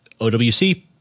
OWC